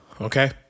Okay